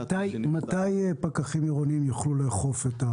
מתי פקחים עירוניים יוכלו לאכוף?